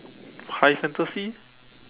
high fantasy